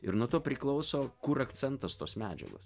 ir nuo to priklauso kur akcentas tos medžiagos